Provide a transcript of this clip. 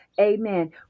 amen